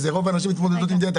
רוב הנשים מתמודדות עם דיאטה,